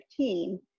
2015